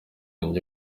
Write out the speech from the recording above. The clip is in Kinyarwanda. njye